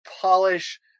polish